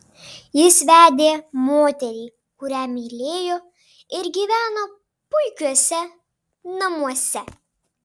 jis vedė moterį kurią mylėjo ir gyveno puikiuose namuose